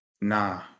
Nah